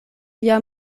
lia